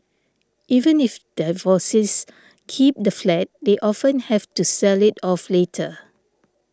even if divorcees keep the flat they often have to sell it off later